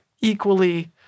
equally